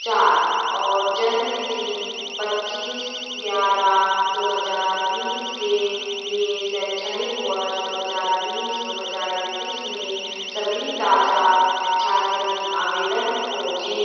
चार और जन्मतिथि पच्चीस ग्यारह दो हज़ार बीस के लिए शैक्षणिक वर्ष दो हज़ार बीस दो हज़ार इक्कीस में सभी ताज़ा छात्रवृत्ति आवेदन खोजें